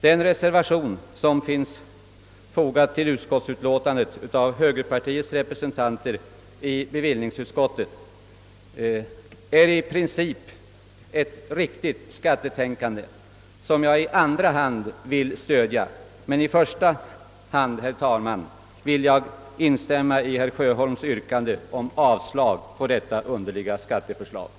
Den reservation som fogats till utlåtandet av högerpartiets representanter i bevillningsutskottet är i princip ett riktigt skattetänkande som jag i andra hand vill stödja. I första hand vill jag instämma i herr Sjöholms yrkande om avslag på detta underliga skatteförslag.